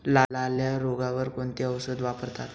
लाल्या रोगावर कोणते औषध वापरतात?